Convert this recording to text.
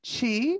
Chi